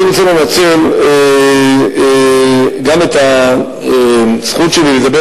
אני רוצה לנצל גם את הזכות שלי לדבר